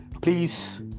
Please